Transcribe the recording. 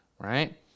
right